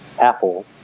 Apple